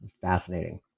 fascinating